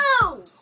No